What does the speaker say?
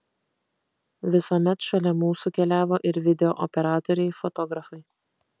visuomet šalia mūsų keliavo ir video operatoriai fotografai